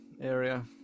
area